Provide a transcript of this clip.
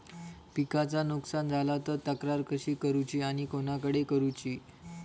पिकाचा नुकसान झाला तर तक्रार कशी करूची आणि कोणाकडे करुची?